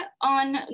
on